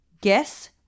Guess